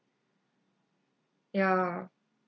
ya